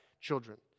children